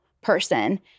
person